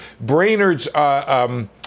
Brainerd's –